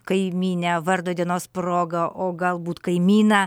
kaimynę vardo dienos proga o galbūt kaimyną